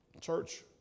Church